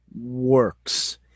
works